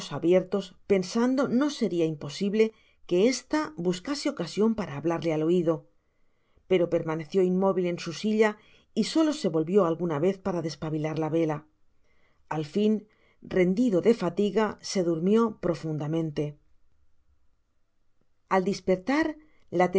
abiertos pensando no seria imposible que esta buscase ocasion para hablarle al oido pero permaneció inmóvil en su silla y solo se volvió alguna vez para despavilar la vela al fin rendido de fatiga se durmió profundamente al dispertar